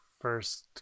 first